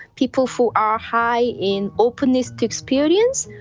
people who are high in openness to experience,